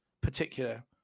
particular